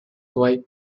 wife